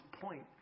point